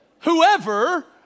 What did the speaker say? Whoever